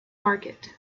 market